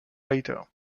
later